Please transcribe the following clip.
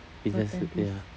it's just ya